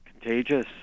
contagious